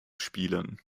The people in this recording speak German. spielen